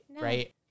right